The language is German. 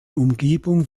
umgebung